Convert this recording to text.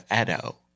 Edo